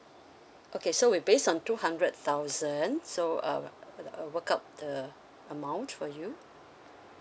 okay so we based on two hundreds thousands so uh uh work out the amount for you